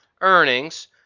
earnings